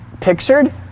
pictured